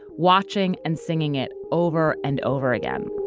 watching and singing it over and over again